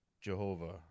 Jehovah